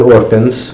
Orphans